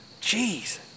Jeez